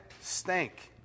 stank